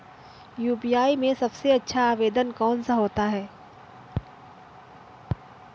UPI में सबसे अच्छा आवेदन कौन सा होता है?